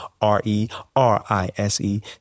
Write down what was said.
R-E-R-I-S-E